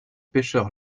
pêcheur